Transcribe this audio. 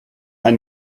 ein